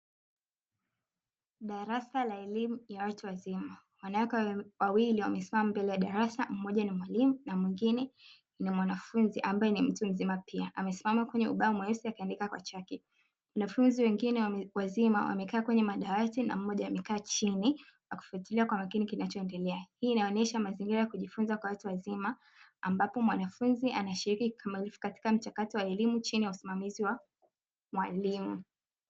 Darasa la elimu ya watu wazima wanawake wawili wamesimama mbele ya darasa mmoja ni mwalimu na mwingine ni mwanafunzi ambaye ni mtu mzima pia amesimama kwenye ubao mweusi akiandika kwa kachi. Wanafunzi wengine wazima wamekaa kwenye madawati na mmoja amekaa chini akifuatilia kwa makini kinachoendelea, hii inaonyesha mazingira ya kujifunza kwa watu wazima ambapo mwanafunzi anashiriki kikamilifu katika mchakato wa elimu chini ya usimamizi wa mwalimu.